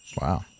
Wow